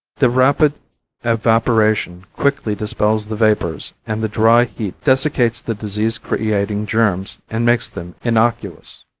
the rapid evaporation quickly dispels the vapors and the dry heat desiccates the disease creating germs and makes them innocuous.